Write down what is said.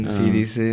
series